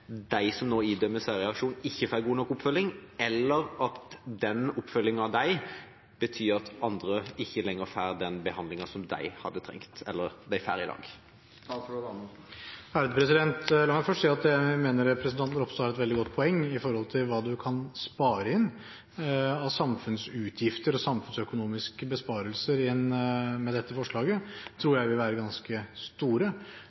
de som nå idømmes særreaksjon, ikke får god nok oppfølging, eller at oppfølgingen av dem betyr at andre ikke lenger får den behandlinga som de hadde trengt, eller som de får i dag? La meg først si at jeg mener representanten Ropstad har et veldig godt poeng når det gjelder hva man kan spare inn av samfunnsutgifter. De samfunnsøkonomiske besparelser med dette forslaget tror jeg vil være ganske store.